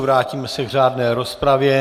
Vrátíme se k řádné rozpravě.